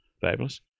fabulous